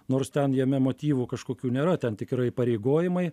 nors ten jame motyvų kažkokių nėra ten tik yra įpareigojimai